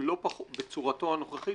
בצורתו הנוכחית,